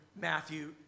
Matthew